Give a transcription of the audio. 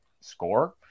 score